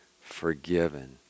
Forgiven